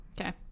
Okay